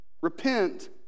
Repent